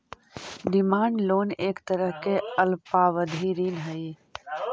demand loan एक तरह के अल्पावधि ऋण हइ